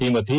ಈ ಮಧ್ಯೆ